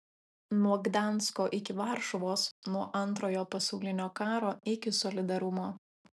nuo gdansko iki varšuvos nuo antrojo pasaulinio karo iki solidarumo